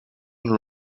and